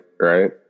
right